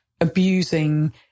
abusing